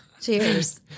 Cheers